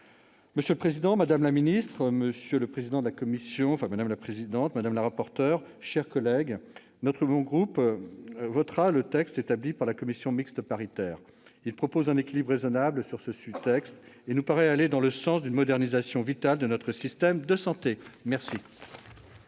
Monsieur le président, madame la ministre, monsieur le président de la commission, madame la rapporteur, mes chers collègues, mon groupe votera le texte établi par la commission mixte paritaire. Celui-ci propose un équilibre raisonnable et nous paraît aller dans le sens d'une modernisation vitale de notre système de santé. La